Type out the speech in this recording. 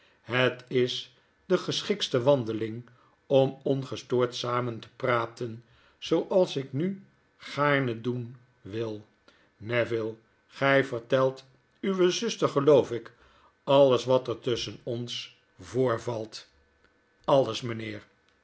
het is de geschiktste wandeling om ongestoord samen te praten zooals ik nu gaarne doen wil neville gijvertelt uwe zuster geloof ik alles wat er tusschen ons voorvalt aues mynheer